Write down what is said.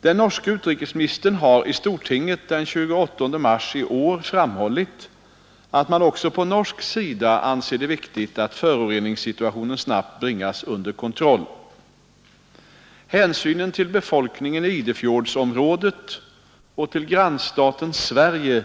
Den norske utrikesministern har i stortinget den 28 mars i år framhållit att man också på norsk sida anser det viktigt att föroreningssituationen snabbt bringas under kontroll. Hänsynen till befolkningen i Idefjordsområdet och till grannstaten Sverige